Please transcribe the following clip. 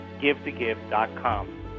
givetogive.com